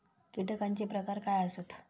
कीटकांचे प्रकार काय आसत?